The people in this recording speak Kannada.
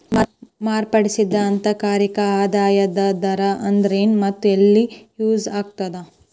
ಮಾರ್ಪಡಿಸಿದ ಆಂತರಿಕ ಆದಾಯದ ದರ ಅಂದ್ರೆನ್ ಮತ್ತ ಎಲ್ಲಿ ಯೂಸ್ ಆಗತ್ತಾ